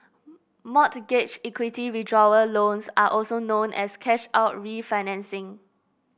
mortgage equity withdrawal loans are also known as cash out refinancing